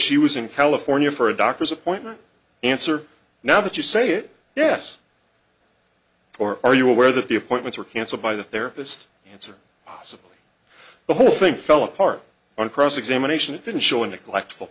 she was in california for a doctor's appointment answer now that you say it yes or are you aware that the appointments were cancelled by the therapist answer so the whole thing fell apart on cross examination it didn't show in a collectible